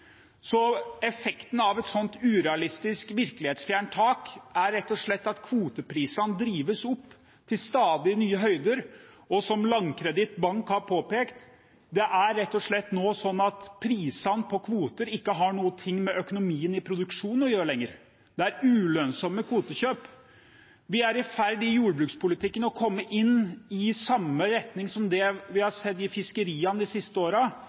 så høyt at det i realiteten er veldig få produsenter som noen gang vil være i nærheten av å nå det. Effekten av et slikt urealistisk, virkelighetsfjernt tak er rett og slett at kvoteprisene drives opp til stadig nye høyder, og som Landkreditt Bank har påpekt: Det er nå rett og slett slik at prisene på kvoter ikke har noe med økonomien i produksjonen å gjøre lenger. Det er ulønnsomme kvotekjøp. Vi er i jordbrukspolitikken i ferd med å komme i samme